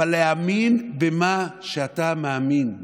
אבל להאמין במה שאתה מאמין,